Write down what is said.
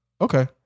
Okay